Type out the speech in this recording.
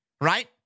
right